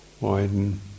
Widen